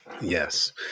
yes